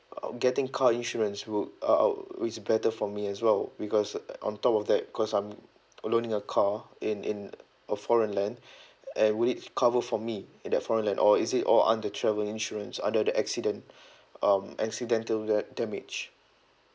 uh getting car insurance would uh uh is better for me as well because on top of that cause I'm loaning a car in in a foreign land and would it cover for me at that foreign land or is it all under travel insurance under the accident uh accidental da~ damage